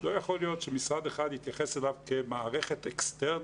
לא יכול להיות שמשרד אחד יתייחס אליו כמערכת אקסטרנית